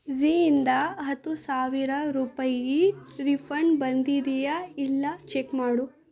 ಝೀಯಿಂದ ಹತ್ತು ಸಾವಿರ ರೂಪಾಯಿ ರೀಫಂಡ್ ಬಂದಿದೆಯಾ ಇಲ್ಲ ಚೆಕ್ ಮಾಡು